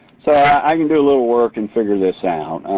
so i can do a little work and figure this out.